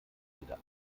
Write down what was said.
weder